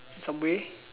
in some way